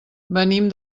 venim